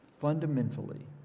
fundamentally